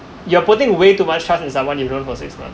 you're putting way too much trust in someone you know for six months